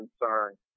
concern